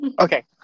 Okay